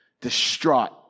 distraught